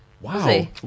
Wow